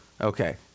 Okay